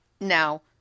Now